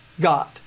God